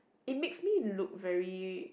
it makes me look very